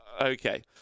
Okay